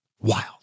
wild